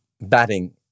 batting